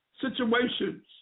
situations